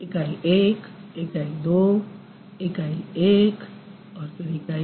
इकाई 1 इकाई 2 इकाई 1 इकाई 2